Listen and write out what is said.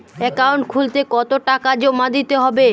Account খুলতে কতো টাকা জমা দিতে হবে?